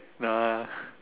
no ah